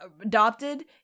Adopted